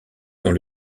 dans